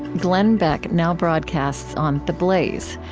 glenn beck now broadcasts on the blaze,